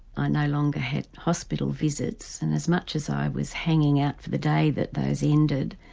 i no longer had hospital visits and as much as i was hanging out for the day that those ended,